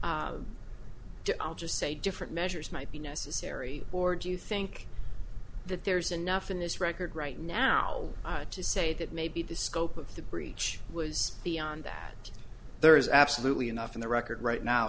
stores i'll just say different measures might be necessary or do you think that there's enough in this record right now to say that maybe the scope of the breach was beyond that there is absolutely enough on the record right now